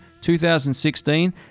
2016